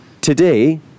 Today